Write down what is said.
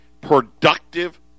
productive